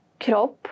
Kropp